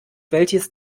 welches